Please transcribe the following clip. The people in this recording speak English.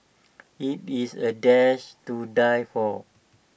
IT is A dish to die for